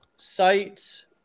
sites